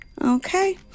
okay